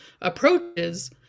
approaches